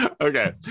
Okay